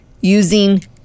Using